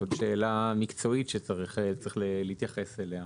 זאת שאלה מקצועית שצריך להתייחס אליה.